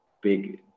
big